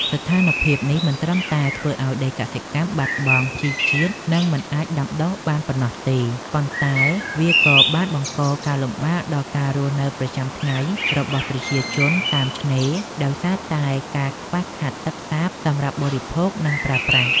ស្ថានភាពនេះមិនត្រឹមតែធ្វើឱ្យដីកសិកម្មបាត់បង់ជីជាតិ និងមិនអាចដាំដុះបានប៉ុណ្ណោះទេ ប៉ុន្តែវាក៏បានបង្កការលំបាកដល់ការរស់នៅប្រចាំថ្ងៃរបស់ប្រជាជនតាមឆ្នេរ ដោយសារតែការខ្វះខាតទឹកសាបសម្រាប់បរិភោគ និងប្រើប្រាស់។